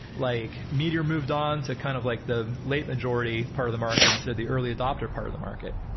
like meteor moved on to kind of like the late majority part of the market instead of the early adopter part of the market.